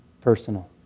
personal